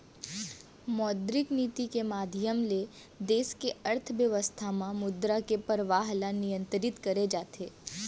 मौद्रिक नीति के माधियम ले देस के अर्थबेवस्था म मुद्रा के परवाह ल नियंतरित करे जाथे